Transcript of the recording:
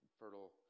fertile